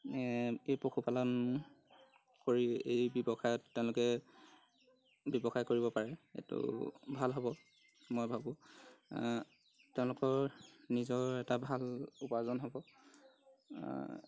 এই পশুপালন কৰি এই ব্যৱসায়ত তেওঁলোকে ব্যৱসায় কৰিব পাৰে এইটো ভাল হ'ব মই ভাবোঁ তেওঁলোকৰ নিজৰ এটা ভাল উপাৰ্জন হ'ব